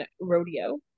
rodeo